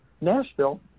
Nashville